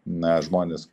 na žmonės